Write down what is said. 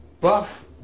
Buff